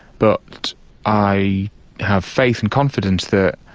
but i have faith and confidence that